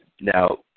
now